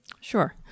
Sure